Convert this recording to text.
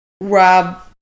Rob